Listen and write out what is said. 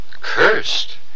Cursed